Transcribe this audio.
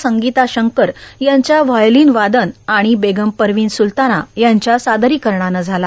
संगीता शंकर यांच्या व्हायोलिनवादन आणि बेगम परवीन स्रलताना यांच्या सादरीकरणानं झाला